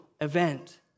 event